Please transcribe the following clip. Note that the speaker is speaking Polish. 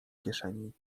kieszeni